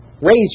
Raise